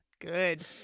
Good